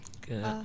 Good